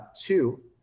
two